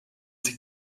sie